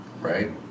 Right